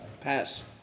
pass